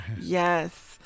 Yes